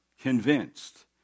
convinced